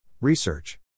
Research